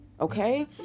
okay